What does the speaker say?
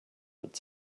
that